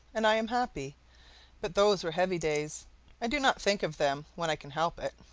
and i am happy but those were heavy days i do not think of them when i can help it.